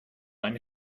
eine